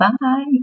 Bye